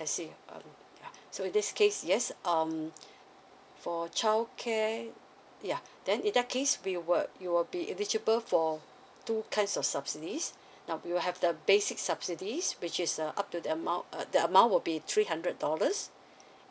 I see um yeah so in this case yes um for childcare yeah then in that case we will it will be eligible for two kinds of subsidies now we will have the basic subsidies which is uh up to the amount uh the amount would be three hundred dollars